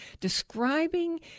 describing